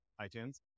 iTunes